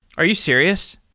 are you serious?